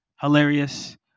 hilarious